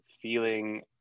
feeling